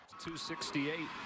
268